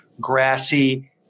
grassy